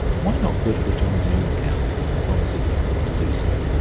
why not bid for it on his own account as long as he could afford to do so?